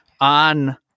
on